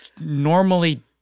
normally